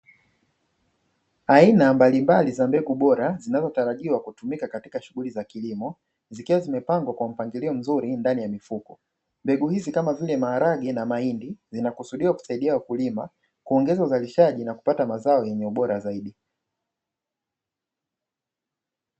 Aina mbalimbali za mbegu bora zinazotarajiwa kutumika katika shughuli za kilimo, zikiwa zimepangwa kwa mpangilio mzuri ndani ya mfuko, mbegu hizi kama vile maharage na mahindi zinakusudia kusaidia wakulima kuongeza uzalishaji na kupata mazao yenye ubora zaidi.